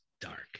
dark